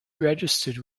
registered